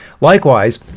Likewise